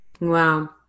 Wow